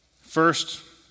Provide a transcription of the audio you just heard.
First